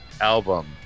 album